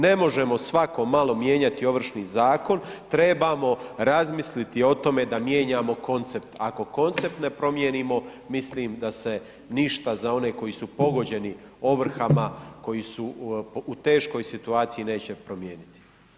Ne možemo svako malo mijenjati Ovršni zakon, trebamo razmisliti o tome da mijenjamo koncept, ako koncept ne promijenimo mislim da se ništa za one koji su pogođeni ovrhama, koji su u teškoj situaciji neće promijeniti.